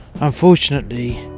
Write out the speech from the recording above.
unfortunately